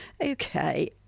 Okay